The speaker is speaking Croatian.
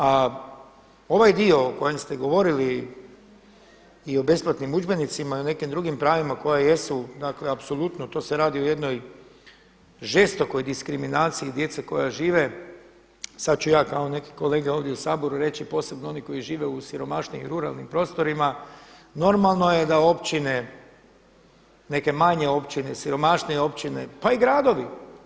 A ovaj dio o kojem ste govorili i o besplatnim udžbenicima i nekim drugim pravima koja jesu dakle apsolutno, to se radi o jednoj žestokoj diskriminaciji djece koja žive, sada ću kao neki kolege ovdje u Saboru reći, posebno oni koji žive u siromašnijim i ruralnim prostorima normalno je da općine, neke manje općine, siromašnije općine pa i gradovi.